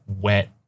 wet